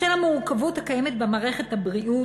בשל המורכבות הקיימת במערכת הבריאות,